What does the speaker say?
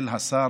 של השר